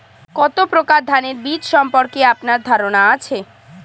কত প্রকার ধানের বীজ সম্পর্কে আপনার ধারণা আছে?